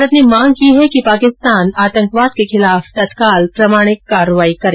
भारत ने मांग की है पाकिस्तान आतंकवाद के खिलाफ तत्काल प्रमाणिक कार्रवाई करे